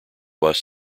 bus